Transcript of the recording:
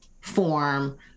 form